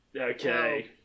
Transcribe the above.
Okay